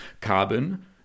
carbon